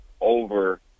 over